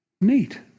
Neat